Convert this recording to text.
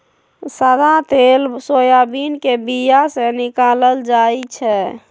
सदा तेल सोयाबीन के बीया से निकालल जाइ छै